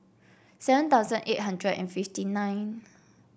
seven thousand eight hundred and fifty nine